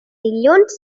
dilluns